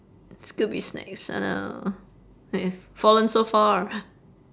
scooby snacks oh no I've fallen so far